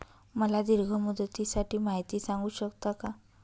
मला दीर्घ मुदतीसाठी माहिती सांगू शकता का?